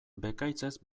bekaitzez